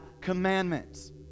commandments